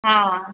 हा